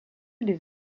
les